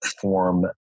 form